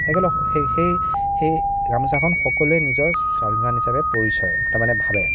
সেই গামোচাখন সকলোৱে নিজৰ স্বাভিমান হিচাপে পৰিচয় তাৰমানে ভাবে